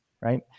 right